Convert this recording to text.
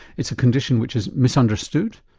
it's a condition which is misunderstood,